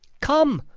come,